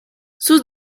sus